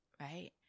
Right